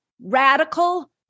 radical